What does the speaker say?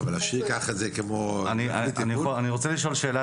אבל להשאיר ככה את זה כמו -- אני רוצה לשאול שאלה,